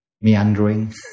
meandering